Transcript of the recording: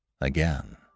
again